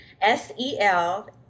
S-E-L